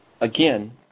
again